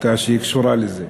שקשורה לזה.